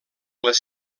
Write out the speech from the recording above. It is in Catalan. les